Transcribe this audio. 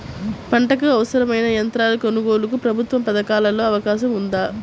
పంటకు అవసరమైన యంత్రాల కొనగోలుకు ప్రభుత్వ పథకాలలో అవకాశం ఉందా?